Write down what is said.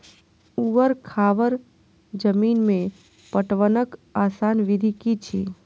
ऊवर खावर जमीन में पटवनक आसान विधि की अछि?